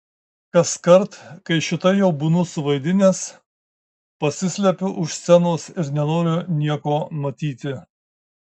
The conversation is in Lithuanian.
kaskart kai šitai jau būnu suvaidinęs pasislepiu už scenos ir nenoriu nieko matyti